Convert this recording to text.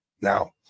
Now